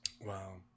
Wow